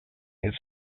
its